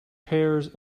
pears